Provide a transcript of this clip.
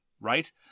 Right